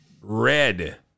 Red